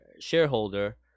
shareholder